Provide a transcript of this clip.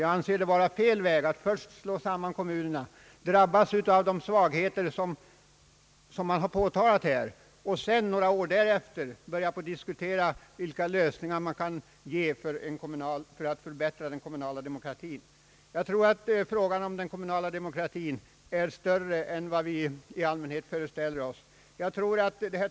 Jag anser att det är fel att först slå samman kommunerna och låta dem bli utsatta för de svårigheter som man har talat om här och först efteråt börja diskutera vilka lösningar man kan finna för att förbättra den kommunala demokratin. Jag tror att frågan om den kommunala demokratin är större än vad vi i allmänhet föreställer oss.